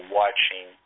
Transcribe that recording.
watching